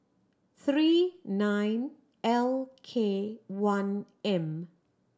three nine L K one M